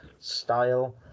style